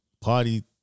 party